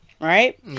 right